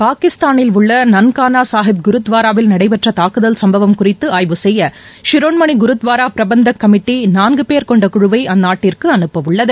பாகிஸ்தானில் உள்ள நன்கானா சாஹிப் குருத்வாராவில் நடைபெற்ற தாக்குதல் சும்பவம் குறித்து ஆய்வு செய்யசிரோமணி குருத்வாரா பிரபந்தக் கமிட்டி நான்கு பேர் கொண்ட குழுவை அந்நாட்டிற்கு அனுப்பவுள்ளது